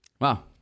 Wow